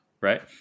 right